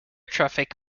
traffic